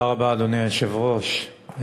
אדוני היושב-ראש,